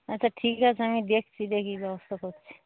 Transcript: আচ্ছা ঠিক আছে আমি দেখছি দেখি ব্যবস্থা করছি